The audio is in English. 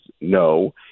no